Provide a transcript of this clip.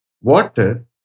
water